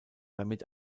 damit